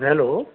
hello